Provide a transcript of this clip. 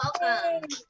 welcome